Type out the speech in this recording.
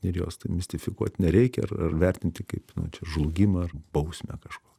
ir jos tai mistifikuoti nereikia ar ar vertinti kaip na čia žlugimą ar bausmę kažko